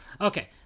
Okay